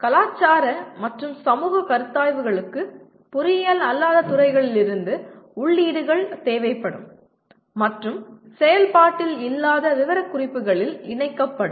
கலாச்சார மற்றும் சமூகக் கருத்தாய்வுகளுக்கு பொறியியல் அல்லாத துறைகளிலிருந்து உள்ளீடுகள் தேவைப்படும் மற்றும் செயல்பாட்டில் இல்லாத விவரக்குறிப்புகளில் இணைக்கப்படும்